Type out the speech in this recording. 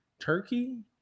Turkey